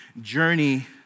journey